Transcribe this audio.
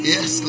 Yes